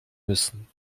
müssen